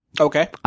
Okay